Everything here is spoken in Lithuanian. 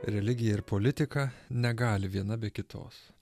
religija ir politika negali viena be kitos